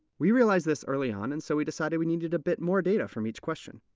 we realized this early on, and so we decided we needed a bit more data from each question.